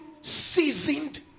Seasoned